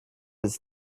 was